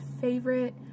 favorite